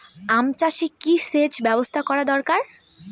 আম চাষে কি সেচ ব্যবস্থা দরকার?